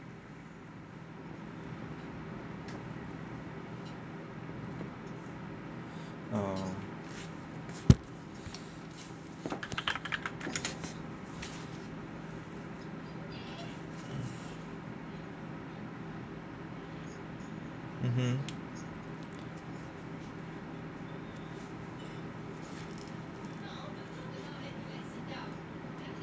oh mmhmm